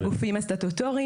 בגופים הסטטוטוריים,